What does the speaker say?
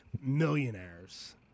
millionaires